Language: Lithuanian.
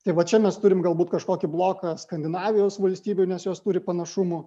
tai vat čia mes turim galbūt kažkokį bloką skandinavijos valstybių nes jos turi panašumų